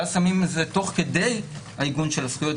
ואז שמים את זה תוך כדי העיגון של הזכויות,